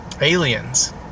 aliens